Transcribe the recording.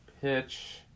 pitch